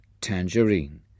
tangerine